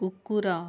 କୁକୁର